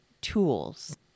tools